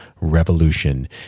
Revolution